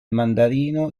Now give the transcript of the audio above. mandarino